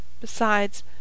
Besides